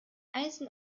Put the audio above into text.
eisen